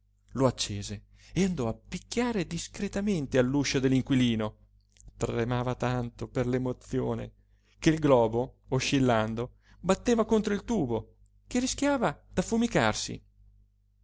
lo accese e andò a picchiare discretamente all'uscio dell'inquilino tremava tanto per l'emozione che il globo oscillando batteva contro il tubo che rischiava d'affumicarsi